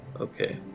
Okay